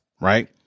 right